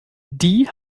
die